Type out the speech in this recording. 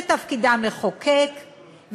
ותפקידם לחוקק,